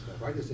right